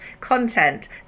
content